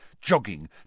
jogging